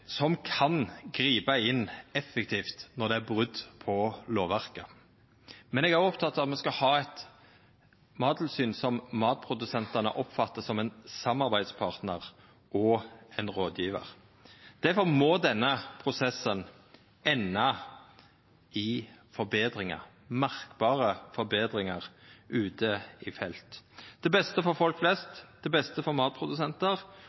som kan gripa inn effektivt når det er brot på lovverket. Men eg er òg oppteken av at me skal ha eit mattilsyn som matprodusentane oppfattar som ein samarbeidspartnar og ein rådgjevar. Difor må denne prosessen enda i forbetringar, merkbare forbetringar, ute i felt, til beste for folk flest, til beste for matprodusentar